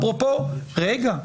אפרופו רגע,